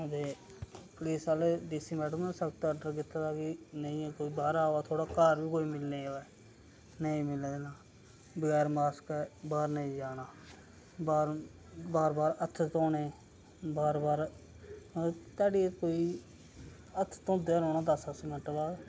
ते पुलिस आह्लें D C madam ने सख्त आर्डर कीते दा कि नेईं कोई बाह्र आवै थुआढ़े घर बी कोई मिलने आवै नेईं मिलन देना बगैर मास्क बाह्र नी जाना बाह्र बार बार हत्थ धोने बार बार ध्याड़ी दा कोई हत्थ धोंदे रौह्ना दस दस मिनट बाद